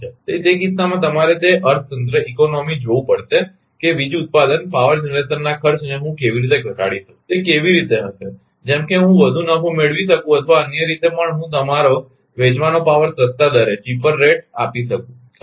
તેથી તે કિસ્સામાં તમારે તે અર્થતંત્ર જોવું પડશે કે વીજ ઉત્પાદનના ખર્ચને હું કેવી રીતે ઘટાડી શકું તે કેવી રીતે હશે જેમ કે હું વધુ નફો મેળવી શકું અથવા અન્ય રીતે પણ હું તમારો વેચવાનો પાવર સસ્તા દરે આપી શકું છું ખરુ ને